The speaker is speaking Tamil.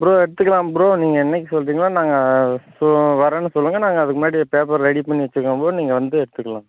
ப்ரோ எடுத்துக்கலாம் ப்ரோ நீங்கள் என்றைக்கு சொல்கிறீங்களோ நாங்கள் ஸோ வரேன்னு சொல்லுங்கள் நாங்கள் அதுக்கு முன்னாடி பேப்பர் ரெடி பண்ணி வச்சுக்கிறோம் ப்ரோ நீங்கள் வந்து எடுத்துக்கலாம்